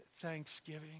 thanksgiving